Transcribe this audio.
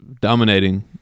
dominating